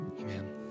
Amen